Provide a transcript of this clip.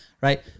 right